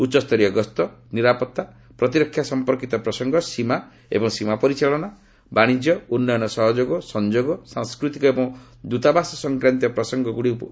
ଉଚ୍ଚସ୍ତରୀୟ ଗସ୍ତ ନିରାପତ୍ତା ଓ ପ୍ରତିରକ୍ଷା ସଫପର୍କିତ ପ୍ରସଙ୍ଗ ସୀମା ଏବଂ ସୀମା ପରିଚାଳନା ବାଣିଜ୍ୟ ଉନ୍ନୟନ ସହଯୋଗ ସଂଯୋଗ ସାଂସ୍କୃତିକ ଏବଂ ଦୃତାବାସ ସଂକ୍ରାନ୍ତୀୟ ପ୍ରସଙ୍ଗଗୁଡ଼ିକ ଉପରେ ଆଲୋଚନା ହୋଇଛି